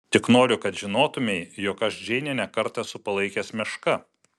tik noriu kad žinotumei jog aš džeinę ne kartą esu palaikęs meška